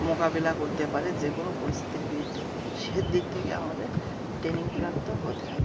মোকাবেলা করতে পারে যে কোনো পরিস্থিতির বিরুদ্ধে সে দিক থেকে আমাদের ট্রেনিং প্রাপ্ত হতে হবে